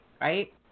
right